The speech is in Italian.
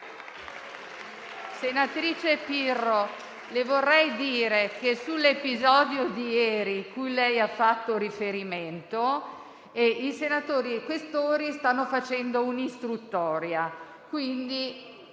Senatrice Pirro, le vorrei dire che, sull'episodio di ieri, cui lei ha fatto riferimento, i senatori Questori stanno facendo un'istruttoria;